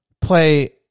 play